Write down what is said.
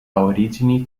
origini